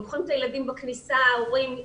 לוקחים את הילדים בכניסה ונפגשים עם ההורים.